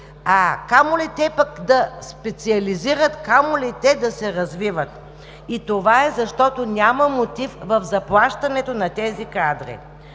камо ли те пък да специализират, камо ли те да се развиват. Това е, защото няма мотив в заплащането на тези кадри.